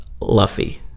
Luffy